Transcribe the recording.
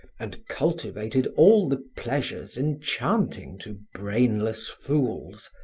and cultivated all the pleasures enchanting to brainless fools.